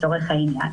לצורך העניין.